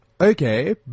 okay